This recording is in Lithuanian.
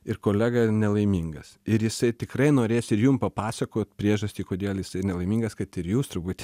ir kolega nelaimingas ir jisai tikrai norės ir jum papasakot priežastį kodėl jisai nelaimingas kad ir jūs turbūt